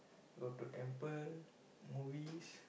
go to temple movies